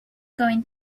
going